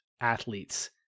athletes